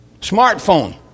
smartphone